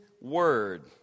word